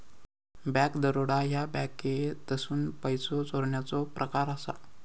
bank दरोडा ह्या बँकेतसून पैसो चोरण्याचो प्रकार असा